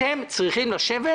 אתם צריכים לשבת,